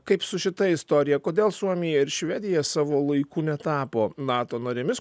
kaip su šita istorija kodėl suomija ir švedija savo laiku netapo nato narėmis